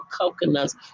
coconuts